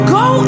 go